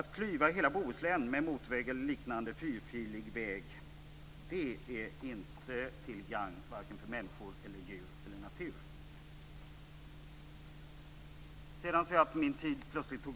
Att klyva hela Bohuslän med en motorväg eller liknande fyrfilig väg är inte till gagn för människor, djur eller natur.